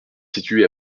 situé